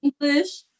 English